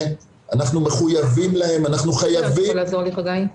אנחנו בעצם זורקים לרחוב,